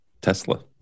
Tesla